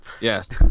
Yes